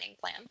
plan